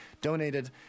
donated